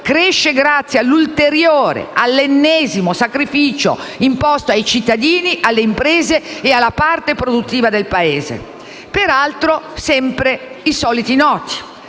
per l'erario cresce grazie all'ulteriore ed ennesimo sacrificio imposto ai cittadini, alle imprese ed alle parte produttiva del Paese: peraltro sempre i soliti noti,